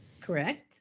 Correct